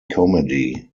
comedy